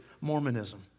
Mormonism